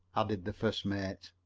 added the first mate.